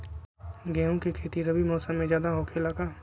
गेंहू के खेती रबी मौसम में ज्यादा होखेला का?